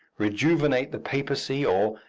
rejuvenate the papacy, or,